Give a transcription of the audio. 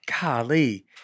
Golly